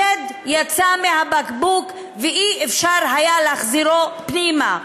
השד יצא מהבקבוק, ואי-אפשר היה להחזירו פנימה.